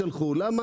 למה?